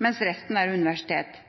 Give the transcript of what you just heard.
mens resten er universitet.